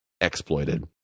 exploited